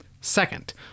Second